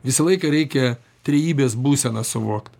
visą laiką reikia trejybės būseną suvokt